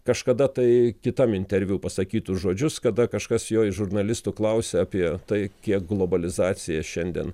kažkada tai kitam interviu pasakytus žodžius kada kažkas jo iš žurnalistų klausė apie tai kiek globalizacija šiandien